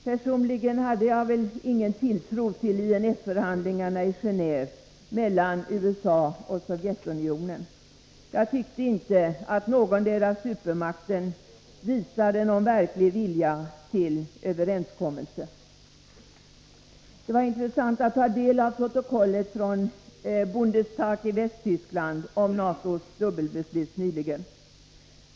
Personligen hade jag ingen tilltro till INF-förhandlingarna i Genéve mellan USA och Sovjetunionen. Jag tyckte inte att någondera supermakten visade någon verklig vilja till överenskommelse. Det var intressant att ta del av protokollet nyligen från Bundestag i Västtyskland om NATO:s dubbelbeslut.